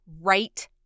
right